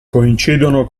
coincidono